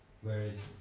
Whereas